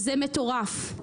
זה מטורף.